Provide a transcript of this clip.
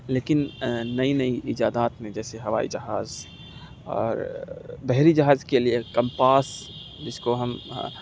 لیکن نئی نئی ایجادات نے جیسے ہوائی جہاز اور بحری جہاز کے لیے کمپاس جس کو ہم